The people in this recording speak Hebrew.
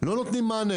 לא נותנים מענה.